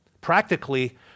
Practically